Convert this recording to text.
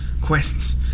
quests